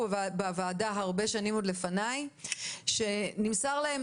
בוועדה הרבה שנים עוד לפניי שנמסר להם